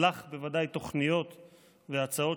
לך בוודאי תוכניות והצעות,